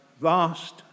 vast